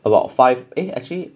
about five eh actually